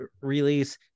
release